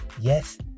Yes